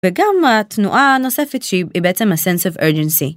וגם התנועה הנוספת שהיא בעצם a sense of urgency.